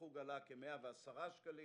החוג עלה כ-110 שקלים,